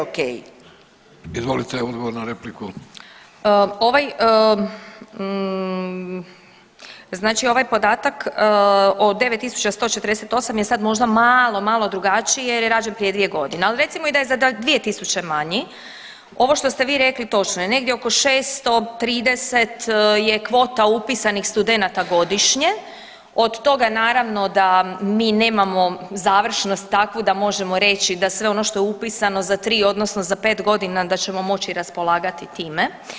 Ovaj znači ovaj podatak o 9.148 je sad možda malo, malo drugačije jer je rađen prije dvije godine, ali recimo da je i za 2.000 manji, ovo što ste vi rekli točno je, negdje oko 630 je kvota upisanih studenata godišnje, od toga naravno da mi nemamo završnost takvu da možemo reći da sve ono što je upisano za tri odnosno za pet godina da ćemo moći raspolagati time.